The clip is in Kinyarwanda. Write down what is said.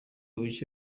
bice